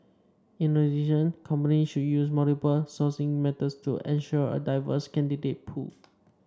in addition companies should use multiple sourcing methods to ensure a diverse candidate pool